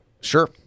Sure